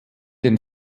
den